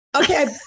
Okay